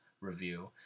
review